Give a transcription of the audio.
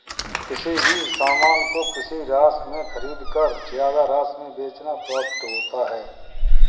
किसी भी सामान को किसी राशि में खरीदकर ज्यादा राशि में बेचना प्रॉफिट होता है